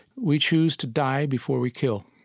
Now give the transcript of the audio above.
we choose to die before we kill.